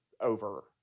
over